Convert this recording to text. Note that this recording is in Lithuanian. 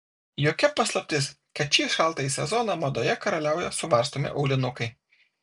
jokia paslaptis kad šį šaltąjį sezoną madoje karaliauja suvarstomi aulinukai